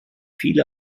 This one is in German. viele